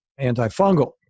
antifungal